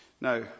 Now